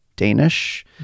danish